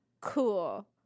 Cool